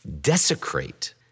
desecrate